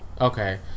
Okay